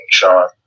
Sean